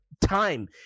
time